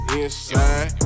inside